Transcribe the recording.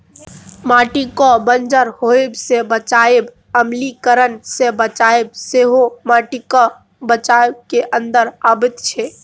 माटिकेँ बंजर होएब सँ बचाएब, अम्लीकरण सँ बचाएब सेहो माटिक बचाउ केर अंदर अबैत छै